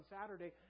Saturday